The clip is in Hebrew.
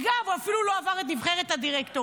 אגב, הוא אפילו לא עבר את נבחרת הדירקטורים.